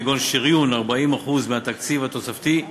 כגון שריון 40% מהתקציב התוספתי,